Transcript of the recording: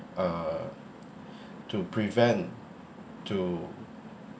err to prevent to